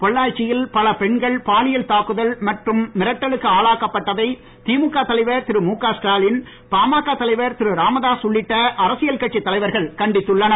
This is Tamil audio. பொள்ளாச்சியில் பல பெண்கள் பாலியல் தாக்குதல் மற்றும் மிரட்டலுக்கு ஆளாக்கப்பட்டதை திமுக தலைவர் திரு முக ஸ்டாவின் பாமக தலைவர் திரு ராமதாஸ் உள்ளிட்ட அரசியல் கட்சித் தலைவர்கள் கண்டித்துள்ளனர்